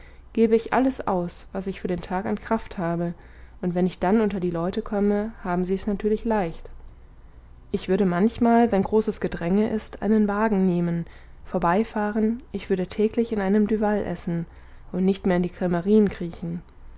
gebe ich alles aus was ich für den tag an kraft habe und wenn ich dann unter die leute komme haben sie es natürlich leicht ich würde manchmal wenn großes gedränge ist einen wagen nehmen vorbeifahren ich würde täglich in einem duval essen und nicht mehr in die crmerien kriechen